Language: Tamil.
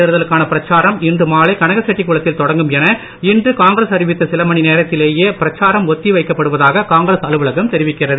தேர்தலுக்கான பிரச்சாரம் இன்று மக்களவை மாலை களகசெட்டிகுளத்தில் தொடங்கும் என இன்று காங்கிரஸ் அறிவித்த சில மணி நேரத்திலேயே பிரச்சாரம் ஒத்தி வைக்கப்படுவதாக காங்கிரஸ் அலுவலகம் தெரிவிக்கிறது